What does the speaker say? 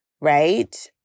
right